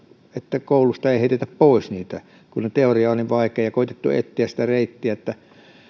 että koulusta ei heitetä pois heitä kun teoria on niin vaikeaa ja on koetettu etsiä reittiä että